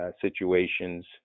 situations